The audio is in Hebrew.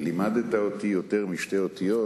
לימדת אותי יותר משתי אותיות,